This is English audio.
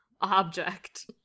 object